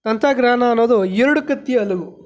ತಂತ್ರಜ್ಞಾನ ಅನ್ನೋದು ಎರಡು ಕತ್ತಿಯ ಅಲಗು